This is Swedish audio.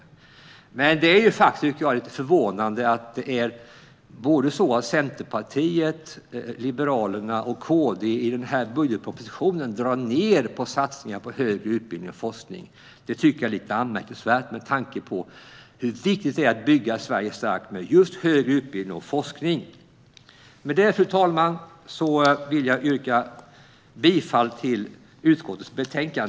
Det är lite förvånande att Centerpartiet, Liberalerna och KD i sina förslag till budget drar ned på satsningar på högre utbildning och forskning. Det tycker jag är lite anmärkningsvärt med tanke på hur viktigt det är att bygga Sverige starkt med just högre utbildning och forskning. Fru talman! Med det vill jag yrka bifall till utskottets förslag.